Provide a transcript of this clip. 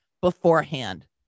beforehand